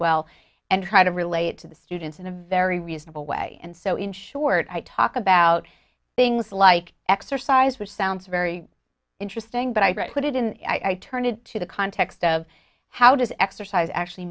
well and try to relate to the students in a very reasonable way and so in short i talk about things like exercise which sounds very interesting but i read put it in i turn it to the context of how does exercise actually